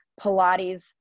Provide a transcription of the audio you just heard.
Pilates